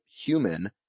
human